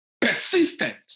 persistent